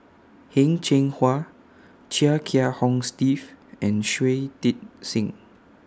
Heng Cheng Hwa Chia Kiah Hong Steve and Shui Tit Sing